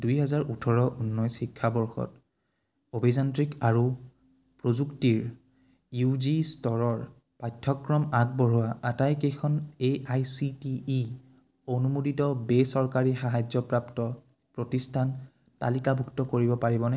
দুহেজাৰ ওঠৰ ঊনৈছ শিক্ষাবৰ্ষত অভিযান্ত্ৰিক আৰু প্ৰযুক্তিৰ ইউ জি স্তৰৰ পাঠ্যক্ৰম আগবঢ়োৱা আটাইকেইখন A I C T E অনুমোদিত বেচৰকাৰী সাহায্যপ্ৰাপ্ত প্ৰতিষ্ঠান তালিকাভুক্ত কৰিব পাৰিবনে